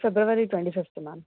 February twenty fifth ma'am